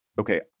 okay